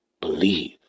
Believe